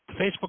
Facebook